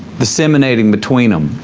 disseminating between em,